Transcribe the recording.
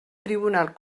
tribunal